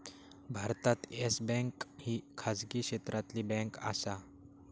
भारतात Yes Bank ही खाजगी क्षेत्रातली बँक आसा